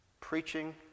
Preaching